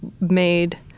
made